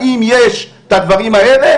האם יש את הדברים האלה,